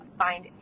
find